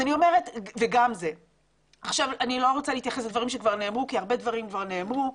אני לא רוצה להתייחס לדברים שכבר נאמרו והרבה דברים כבר נאמרו.